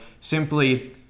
simply